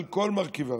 על כל מרכיביו.